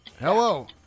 Hello